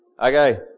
Okay